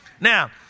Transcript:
Now